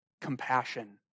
compassion